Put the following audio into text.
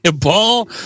Paul